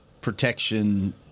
protection